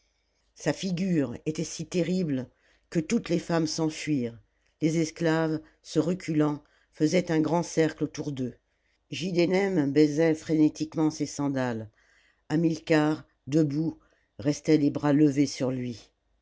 sa figure était si terrible que toutes les femmes s'enfuirent les esclaves se reculant faisaient un grand cercle autour d'eux giddenem baisait frénétiquement ses sandales hamilcar debout restait les bras levés sur lui